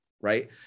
right